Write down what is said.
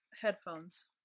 headphones